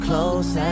Close